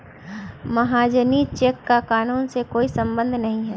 महाजनी चेक का कानून से कोई संबंध नहीं है